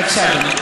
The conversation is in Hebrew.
בבקשה, אדוני.